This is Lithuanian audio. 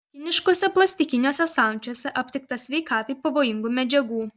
kiniškuose plastikiniuose samčiuose aptikta sveikatai pavojingų medžiagų